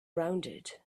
rounded